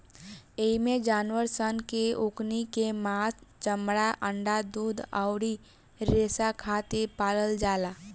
एइमे जानवर सन के ओकनी के मांस, चमड़ा, अंडा, दूध अउरी रेसा खातिर पालल जाला